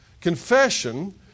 Confession